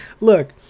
Look